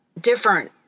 different